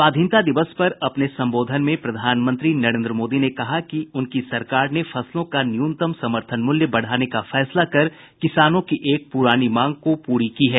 स्वाधीनता दिवस पर अपने संबोधन में प्रधानमंत्री नरेंद्र मोदी ने कहा कि उनकी सरकार ने फसलों का न्यूनतम समर्थन मूल्य बढ़ाने का फैसला कर किसानों की एक पुरानी मांग को पूरी की है